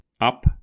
up